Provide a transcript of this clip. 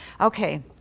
Okay